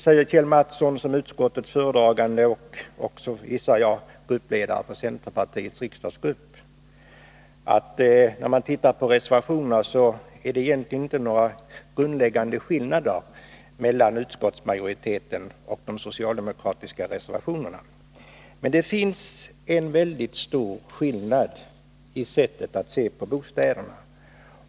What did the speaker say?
Såsom utskottets företrädare och även, gissar jag, ledare för centerpartiets riksdagsgrupp anför Kjell Mattsson att det egentligen inte är några grundläggande skillnader mellan utskottsmajoriteten och de socialdemokratiska reservationerna. Men det finns en väldigt stor skillnad i sättet att se på bostäderna.